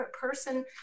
person